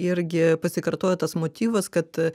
irgi pasikartoja tas motyvas kad